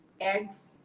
eggs